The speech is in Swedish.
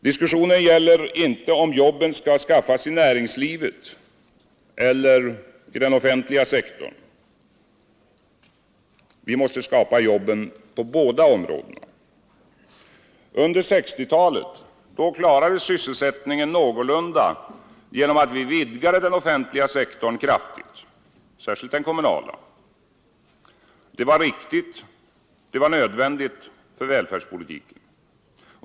Diskussionen här gäller inte om jobben skall skaffas i näringslivet eller i den offentliga sektorn. Vi måste skapa jobben på båda områdena. Under 1960-talet klarades sysselsättningen någorlunda genom att vi vidgade den offentliga sektorn kraftigt, särskilt den kommunala. Detta var riktigt och nödvändigt för välfärdspolitiken.